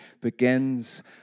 begins